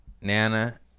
Nana